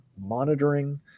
monitoring